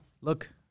look